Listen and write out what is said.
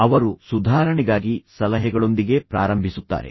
ಅವರು ಸುಧಾರಣೆಗಾಗಿ ಸಲಹೆಗಳೊಂದಿಗೆ ಪ್ರಾರಂಭಿಸುತ್ತಾರೆ